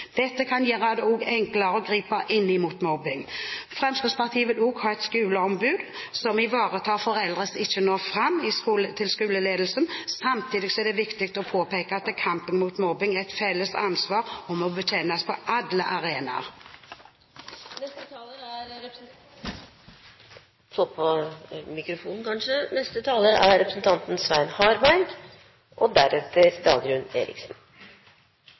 Dette kan også gjøre det enklere å gripe inn mot mobbing. Fremskrittspartiet vil også ha et skoleombud som ivaretar foreldre som ikke når fram til skoleledelsen. Samtidig er det viktig å påpeke at kampen mot mobbing er et felles ansvar og må bekjempes på alle arenaer. Først vil jeg bare si at jeg tror det var både naturlig og